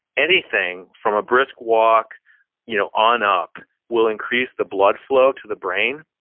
anything from a brisk walk you know on up will increase the blood flow to the brain.